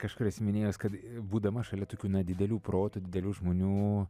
kažkur esi minėjus kad būdama šalia tokių na didelių protų didelių žmonių